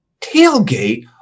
tailgate